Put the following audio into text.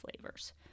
flavors